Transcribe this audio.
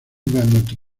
vanuatu